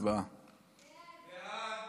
אינו נוכח,